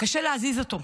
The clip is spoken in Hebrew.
קשה להזיז אותו.